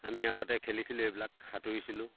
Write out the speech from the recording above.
আমি আগতে খেলিছিলোঁ এইবিলাক সাঁতুৰিছিলোঁ